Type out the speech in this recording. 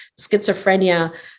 schizophrenia